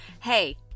Hey